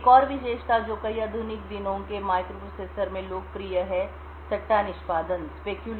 एक और विशेषता जो कई आधुनिक दिनों के माइक्रोप्रोसेसरों में लोकप्रिय है सट्टा निष्पादन है